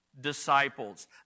disciples